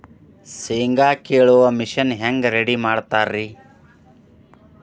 ಶೇಂಗಾ ಕೇಳುವ ಮಿಷನ್ ಹೆಂಗ್ ರೆಡಿ ಮಾಡತಾರ ರಿ?